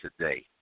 today